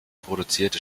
produzierte